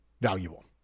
valuable